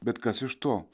bet kas iš to